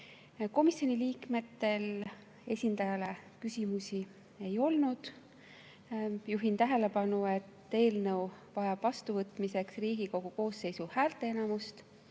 Komisjoni liikmetel esindajale küsimusi ei olnud. Juhin tähelepanu, et eelnõu vajab vastuvõtmiseks Riigikogu koosseisu häälteenamust.